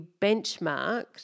benchmarked